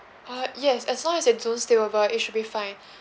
uh yes as long as they don't stay over it should be fine